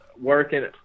working